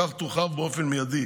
כך, תורחב באופן מיידי